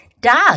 Dog